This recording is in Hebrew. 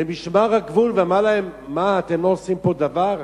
למשמר הגבול ואמר להם: מה, אתם לא עושים פה דבר?